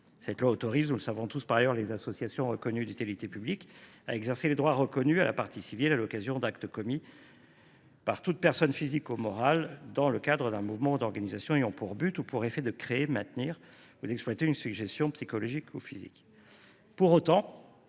Cette loi autorise les associations reconnues d’utilité publique à exercer les droits reconnus à la partie civile « à l’occasion d’actes commis par toute personne physique ou morale dans le cadre d’un mouvement ou organisation ayant pour but ou pour effet de créer, de maintenir ou d’exploiter une sujétion psychologique ou physique